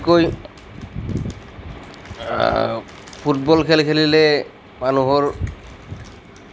football খেল খেলিলে মানুহৰ